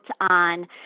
on